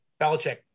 Belichick